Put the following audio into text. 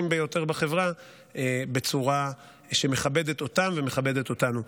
ביותר בחברה בצורה שמכבדת אותם ומכבדת אותנו.